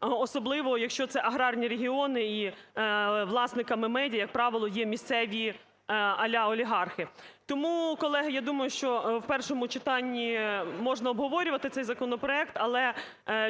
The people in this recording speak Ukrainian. особливо, якщо це аграрні регіони і власниками медіа, як правило, є місцеві а-ля олігархи. Тому, колеги, я думаю, що в першому читанні можна обговорювати цей законопроект, але